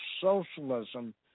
socialism